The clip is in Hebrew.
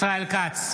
ישראל כץ,